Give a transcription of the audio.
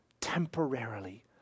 temporarily